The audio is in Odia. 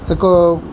ଏକ